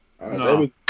No